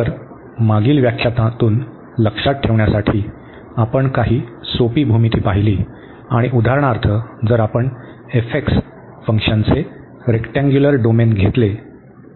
तर मागील व्याख्यानातून लक्षात ठेवण्यासाठी आपण काही सोपी भूमिती पाहिली आणि उदाहरणार्थ जर आपण फंक्शनचे रेक्टँग्यूलर डोमेन घेतले